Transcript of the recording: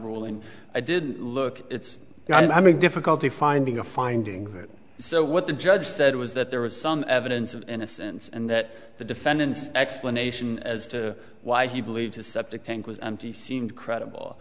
and i didn't look it's i mean difficulty finding a finding so what the judge said was that there was some evidence of innocence and that the defendant's explanation as to why he believed his septic tank was empty seemed credible